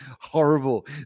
horrible